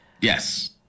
yes